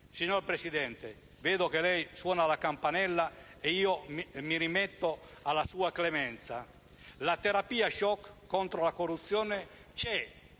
Signor Presidente, sento che lei suona la campanella e mi rimetto alla sua clemenza. La terapia *shock* contro la corruzione c'è.